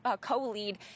co-lead